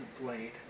blade